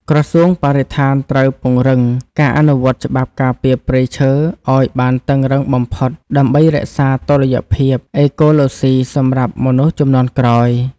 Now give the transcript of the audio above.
ក្រសួងបរិស្ថានត្រូវពង្រឹងការអនុវត្តច្បាប់ការពារព្រៃឈើឱ្យបានតឹងរ៉ឹងបំផុតដើម្បីរក្សាតុល្យភាពអេកូឡូស៊ីសម្រាប់មនុស្សជំនាន់ក្រោយ។